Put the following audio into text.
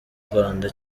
rwanda